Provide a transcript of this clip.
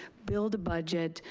build a budget,